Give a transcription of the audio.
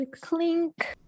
clink